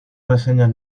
reseñas